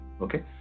okay